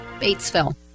Batesville